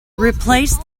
replace